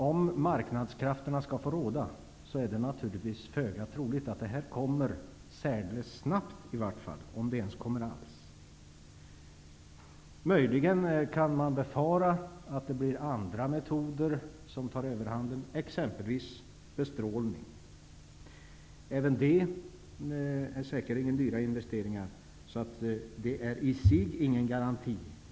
Om marknadskrafterna skall få råda är det naturligtvis föga troligt att dessa kommer, i vart fall särdeles snabbt, om de kommer alls. Möjligen kan man befara att det blir andra metoder som tar överhanden, exempelvis bestrålning. Även det innebär säkert dyra investeringar, så det är i sig ingen garanti.